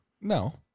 No